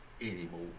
anymore